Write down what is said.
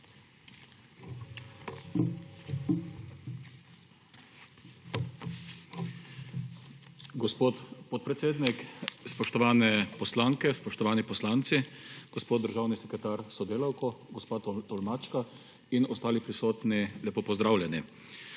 Gospod podpredsednik, spoštovane poslanke, spoštovani poslanci, gospod državni sekretar s sodelavko, gospa tolmačka in ostali prisotni, lepo pozdravljeni!